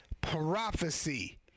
prophecy